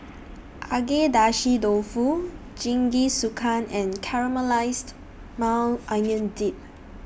Agedashi Dofu Jingisukan and Caramelized Maui Onion Dip